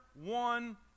one